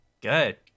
Good